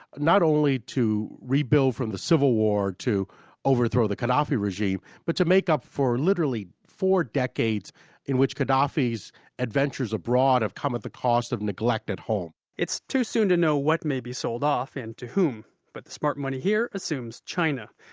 not only to rebuild from the civil war to overthrow the gaddafi regime, but to make up for literally four decades in which gaddafi's adventures abroad have come at the cost of neglect at home it's too soon know what may be sold, and to whom. but the smart money here assumes china.